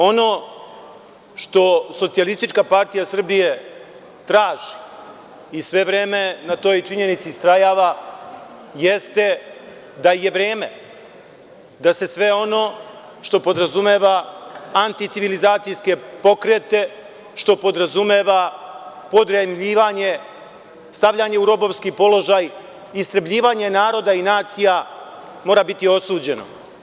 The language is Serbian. Ono što SPS traži i sve vreme na toj činjenici istrajava, jeste da je vreme da se sve ono što podrazumeva anticivilizacijske pokrete, što podrazumeva podjarmljivanje, stavljanje u robovski položaj, istrebljivanje naroda i nacija, mora biti osuđeno.